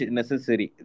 necessary